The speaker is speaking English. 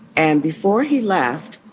and before he left